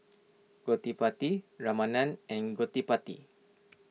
Gottipati Ramanand and Gottipati